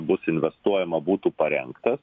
bus investuojama būtų parengtas